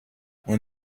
when